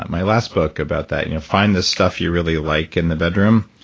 my last book, about that, find the stuff you really like in the bedroom.